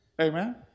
Amen